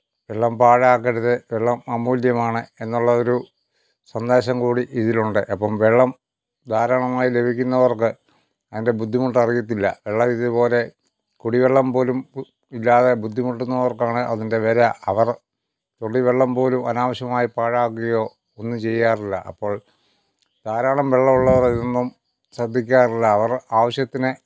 വെള്ളം പാഴാക്കരുത് വെള്ളം അമൂല്യമാണ് എന്നുള്ള ഒരു സന്ദേശം കൂടി ഇതിലുണ്ട് അപ്പോള് വെള്ളം ധാരാളമായി ലഭിക്കുന്നവർക്ക് അതിൻ്റെ ബുദ്ധിമുട്ട് അറിയത്തില്ല വെള്ളം ഇതുപോലെ കുടിവെള്ളം പോലും പ് ഇല്ലാതെ ബുദ്ധിമുട്ടുന്നവർക്കാണ് അതിൻ്റെ വില അവർ തുള്ളി വെള്ളം പോലും അനാവശ്യമായി പാഴാക്കുകയോ ഒന്നും ചെയ്യാറില്ല അപ്പോൾ ധാരാളം വെള്ളം ഉള്ളവർ ഇതൊന്നും ശ്രദ്ധിക്കാറില്ല അവർ ആവശ്യത്തിന്